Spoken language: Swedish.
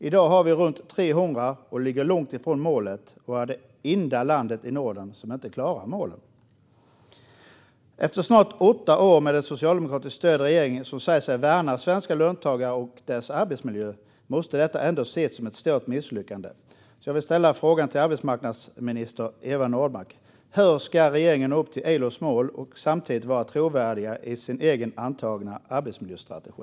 I dag har vi runt 300 och ligger långt ifrån målet. Vi är det enda land i Norden som inte klarar målet. Efter snart åtta år med den socialdemokratiskt stödda regeringen, som säger sig värna svenska löntagare och deras arbetsmiljö, måste detta ändå ses som ett stort misslyckande. Jag vill därför ställa min fråga till arbetsmarknadsminister Eva Nordmark: Hur ska regeringen nå upp till ILO:s mål och samtidigt vara trovärdig om sin egen antagna arbetsmiljöstrategi?